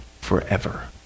forever